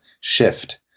shift